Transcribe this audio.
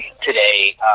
today